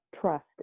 trust